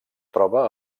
troba